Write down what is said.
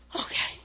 Okay